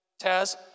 Taz